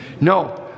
no